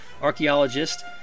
archaeologist